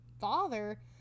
father